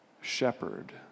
shepherd